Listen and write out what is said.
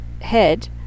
head